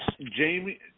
Jamie